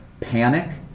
panic